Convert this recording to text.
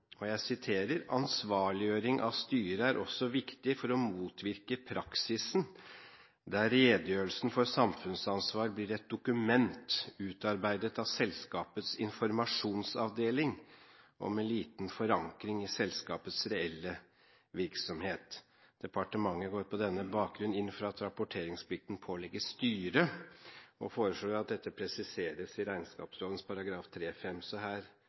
av styret er også viktig for å motvirke praksisen der redegjørelsen for samfunnsansvar blir et dokument utarbeidet av selskapets informasjonsavdeling, og med liten forankring i selskapets reelle virksomhet. Departementet går på den bakgrunn inn for at rapporteringsplikten pålegges styret, og foreslår at dette presiseres i regnskapslovens § 3-5.» Her er